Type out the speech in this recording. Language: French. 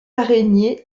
araignée